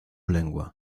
lengua